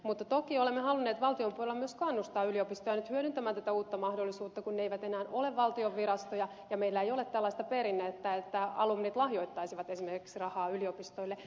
mutta toki olemme halunneet valtion puolella myös kannustaa yliopistoja nyt hyödyntämään tätä uutta mahdollisuutta kun ne eivät enää ole valtion virastoja ja meillä ei ole tällaista perinnettä että alumnit lahjoittaisivat esimerkiksi rahaa yliopistoille